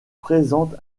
présente